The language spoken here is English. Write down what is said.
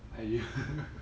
IU